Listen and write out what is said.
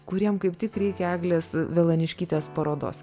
kuriem kaip tik reikia eglės velaniškytės parodos